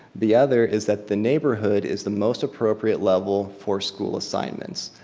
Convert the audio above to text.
the other is that the neighborhood is the most appropriate level for school assignments.